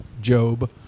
Job